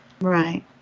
right